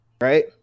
right